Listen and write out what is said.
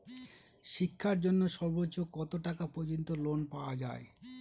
শিক্ষার জন্য সর্বোচ্চ কত টাকা পর্যন্ত লোন পাওয়া য়ায়?